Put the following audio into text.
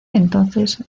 entonces